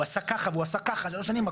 הוא עשה ככה שלוש שנים,